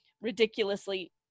ridiculously